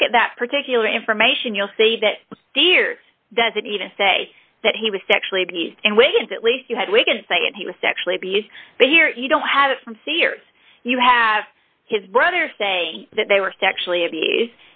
look at that particular information you'll see that dear doesn't even say that he was sexually abused and we did at least you had we can say it he was sexually abused but here you don't have some see here you have his brother saying that they were sexually abused